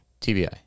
TBI